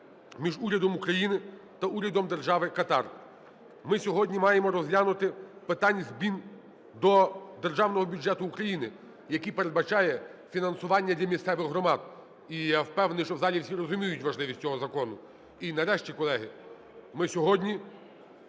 між Урядом України та Урядом Держави Катар. Ми сьогодні маємо розглянути питання змін до Державного бюджету України, який передбачає фінансування для місцевих громад. І я впевнений, що в залі всі розуміють важливість цього закону. І нарешті, колеги, ми сьогодні